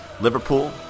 liverpool